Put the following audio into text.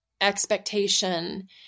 expectation